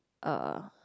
uh